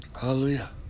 Hallelujah